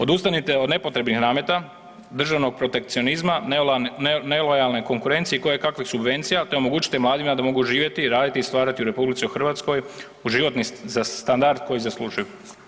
Odustanite od nepotrebnih nameta državnog protekcionizma, nelojalne konkurencije kojekakvih subvencija te omogućite mladima da mogu živjeti i raditi i stvarati u RH za životni standard koji zaslužuju.